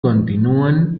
continúan